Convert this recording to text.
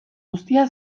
guztia